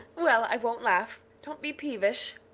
well i won't laugh don't be peevish.